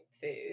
food